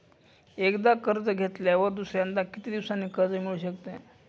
एकदा कर्ज घेतल्यावर दुसऱ्यांदा किती दिवसांनी कर्ज मिळू शकते?